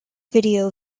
video